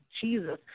Jesus